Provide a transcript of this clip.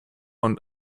und